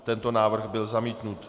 Tento návrh byl zamítnut.